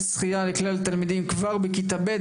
שחייה לכלל התלמידים כבר בכיתה ב',